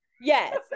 yes